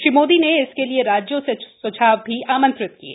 श्री मोदी ने इसके लिये राज्यों से सुझाव भी आमंत्रित किये